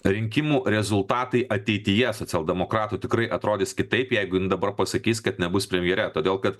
rinkimų rezultatai ateityje socialdemokratų tikrai atrodys kitaip jeigu jin dabar pasakys kad nebus premjere todėl kad